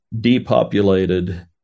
depopulated